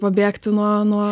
pabėgti nuo nuo